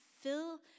fill